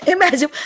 Imagine